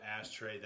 Ashtray